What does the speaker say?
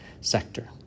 sector